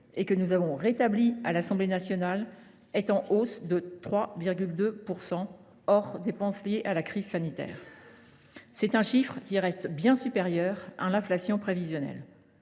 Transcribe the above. et que nous avons rétabli à l’Assemblée nationale, est en hausse de 3,2 % hors dépenses liées à la crise sanitaire. Ce chiffre est bien supérieur à l’inflation prévisionnelle